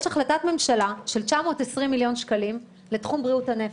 יש החלטת ממשלה של 920 מיליון שקלים לתחום בריאות הנפש,